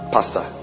Pastor